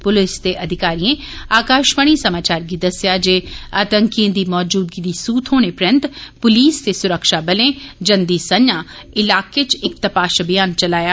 पुलसै दे अधिकारियें आकाशवाणी समाचार गी दस्सेआ जे आतंकियें दी मौजूदगी दी सूह थ्होने परैन्त पुलस ते सुरक्षाबलें जंदी संझा इलाके च इक तपाश अभियान चलाया